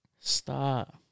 Stop